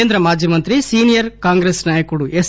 కేంద్ర మాజీ మంత్రి సీనియర్ కాంగ్రెసు నాయకుడు ఎస్